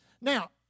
Now